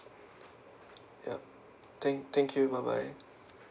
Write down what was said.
yup thank thank you bye bye